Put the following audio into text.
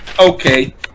okay